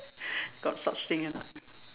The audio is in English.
got such thing or not